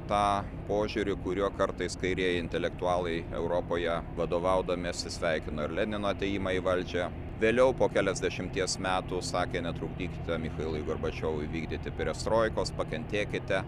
tą požiūrį kuriuo kartais kairieji intelektualai europoje vadovaudamiesi sveikino ir lenino atėjimą į valdžią vėliau po keliasdešimties metų sakė netrukdykite michailui gorbačiovui vykdyti perestroikos pakentėkite